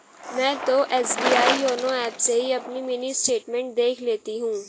मैं तो SBI YONO app से ही अपनी मिनी स्टेटमेंट देख लेती हूँ